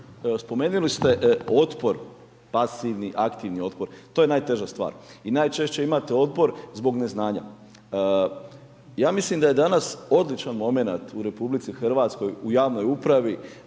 spomenuli ste otpor, pasivni, aktivni otpor, to je najteža stvar i najčešće imate otpor zbog neznanja. Ja mislim da je danas odličan momenat u RH u javnoj upravi